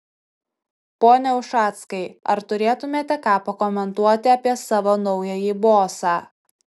pone ušackai ar turėtumėte ką pakomentuoti apie savo naująjį bosą